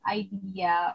idea